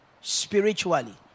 spiritually